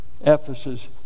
Ephesus